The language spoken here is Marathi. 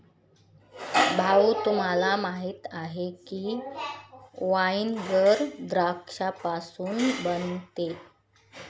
भाऊ, तुम्हाला माहीत आहे की व्हिनेगर द्राक्षापासून बनते